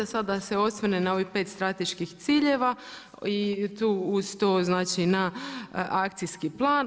Sada da se osvrnem na ovih 5 strateških ciljeva i tu uz to znači na akcijski plan.